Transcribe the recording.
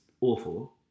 awful